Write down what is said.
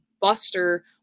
Buster